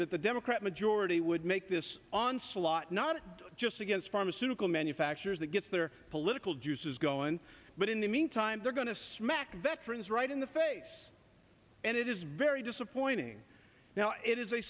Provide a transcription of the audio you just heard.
that the democrat majority would make this onslaught not just against pharmaceutical manufacturers that gets their political juices going but in the meantime they're going to smack veterans right in the face and it is very disappointing now it is a